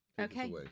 okay